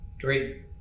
great